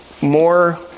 more